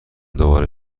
دوباره